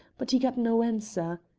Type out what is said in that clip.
but he got no answer.